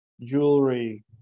jewelry